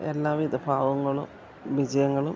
എല്ലാ വിധ ഭാവുകങ്ങളും വിജയങ്ങളും